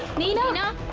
neena!